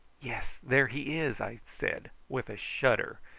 yes there he is! i said with a shudder,